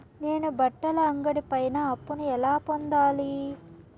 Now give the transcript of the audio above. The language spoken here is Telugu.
నేను బట్టల అంగడి పైన అప్పును ఎలా పొందాలి?